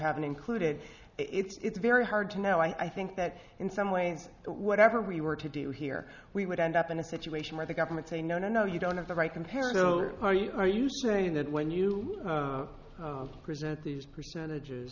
haven't included it's it's very hard to know i think that in some ways whatever we were to do here we would end up in a situation where the government say no no no you don't have the right comparative so are you are you saying that when you of present these percentages